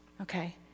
okay